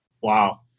Wow